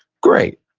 great.